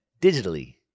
digitally